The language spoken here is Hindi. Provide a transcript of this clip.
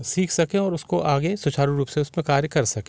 सीख सकें और उसको आगे सुचारु रूप से उसमें आगे कार्य कर सकें